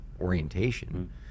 orientation